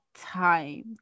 time